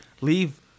leave